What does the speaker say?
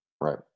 Right